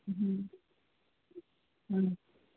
हम्म हम्म